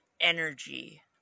energy